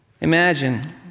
Imagine